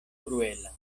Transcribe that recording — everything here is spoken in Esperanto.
kruela